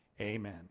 Amen